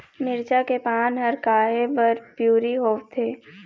मिरचा के पान हर काहे बर पिवरी होवथे?